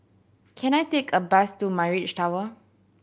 can I take a bus to Mirage Tower